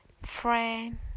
friend